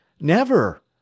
Never